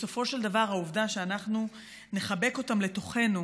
בסופו של דבר העובדה שאנחנו נחבק אותם לתוכנו